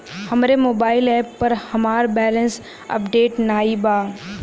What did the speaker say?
हमरे mobile app पर हमार बैलैंस अपडेट नाई बा